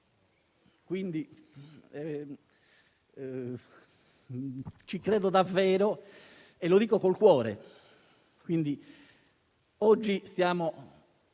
Ci credo davvero e parlo con il cuore. Oggi stiamo